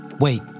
Wait